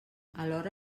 alhora